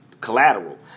collateral